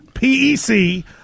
P-E-C